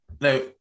Now